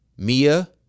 mia